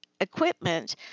equipment